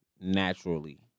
naturally